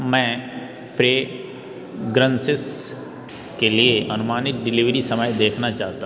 मैं फ्रेग्रन्सेस के लिए अनुमानित डिलीवरी समय देखना चाहता हूँ